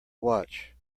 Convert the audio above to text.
watch